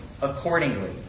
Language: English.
accordingly